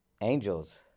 Angels